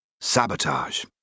Sabotage